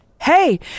Hey